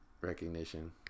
recognition